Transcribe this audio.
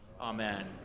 Amen